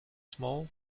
small